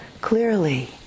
clearly